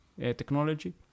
technology